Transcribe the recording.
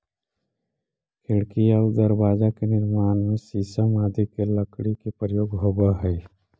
खिड़की आउ दरवाजा के निर्माण में शीशम आदि के लकड़ी के प्रयोग होवऽ हइ